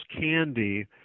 candy